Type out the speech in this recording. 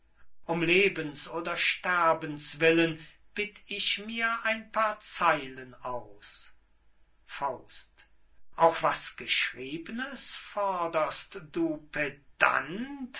um lebens oder sterbens willen bitt ich mir ein paar zeilen aus auch was geschriebnes forderst du